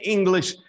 English